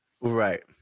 Right